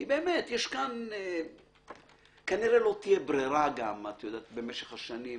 אני לא נכנס לשאלה אם זה מוצדק או נכון אבל הניסיון